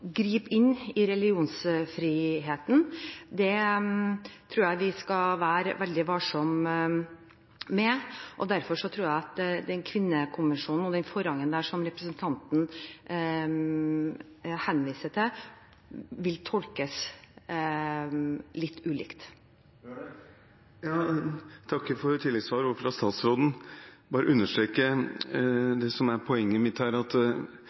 gripe inn i religionsfriheten tror jeg vi skal være veldig varsomme med. Derfor tror jeg at kvinnekonvensjonen og den forrangen som representanten henviser til, vil tolkes litt ulikt. Jeg takker for tilleggssvaret fra statsråden. Jeg vil bare understreke det som er poenget mitt her, at